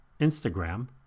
Instagram